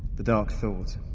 the dark thought